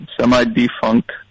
semi-defunct